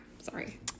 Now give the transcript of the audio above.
Sorry